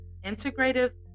integrative